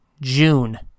june